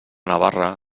navarra